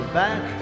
back